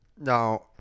now